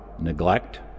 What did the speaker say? neglect